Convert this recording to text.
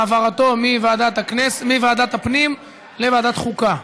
העברתו מוועדת הפנים לוועדת חוקה.